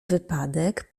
wypadek